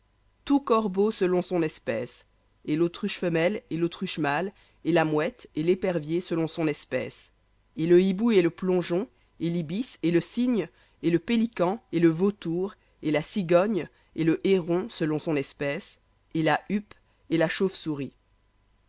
tout corbeau selon son espèce et l'autruche femelle et l'autruche mâle et la mouette et l'épervier selon son espèce et le hibou et le plongeon et libis et le cygne et le pélican et le vautour et la cigogne le héron selon son espèce et la huppe et la chauve-souris